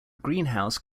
greenhouse